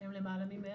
הם למעלה מ-100.